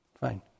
Fine